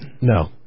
No